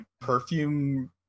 perfume